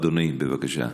אדוני, בבקשה.